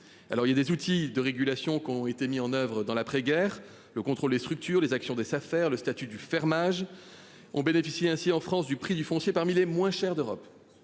il y a des outils de régulation qui ont été mis en oeuvre dans l'après-guerre le contrôle des structures les actions des affaires, le statut du fermage ont bénéficié ainsi en France du prix du foncier parmi les moins chers d'Europe.